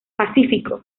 pacífico